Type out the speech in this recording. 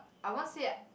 I won't see ah